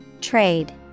Trade